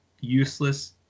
useless